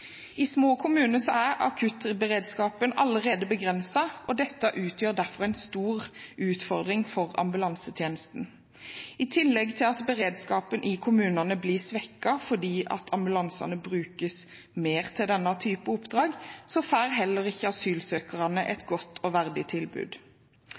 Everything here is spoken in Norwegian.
I små kommuner er akuttberedskapen allerede begrenset, og dette utgjør derfor en stor utfordring for ambulansetjenesten. I tillegg til at beredskapen i kommunene blir svekket fordi ambulansene brukes mer til denne typen oppdrag, får heller ikke asylsøkerne et godt og verdig tilbud.